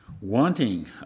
wanting